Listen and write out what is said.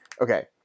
Okay